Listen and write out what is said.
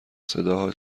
صداها